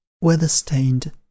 weather-stained